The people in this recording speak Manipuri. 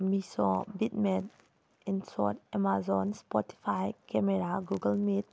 ꯃꯤꯁꯣ ꯕꯤꯠꯃꯦꯠ InShot Amazon Spotify camera Google ꯃꯤꯠ